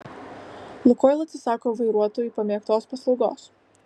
lukoil atsisako vairuotojų pamėgtos paslaugos